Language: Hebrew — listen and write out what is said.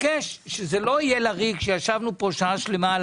כדי שלא יהיה לריק זה שישבנו פה שעה שלמה על